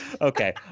Okay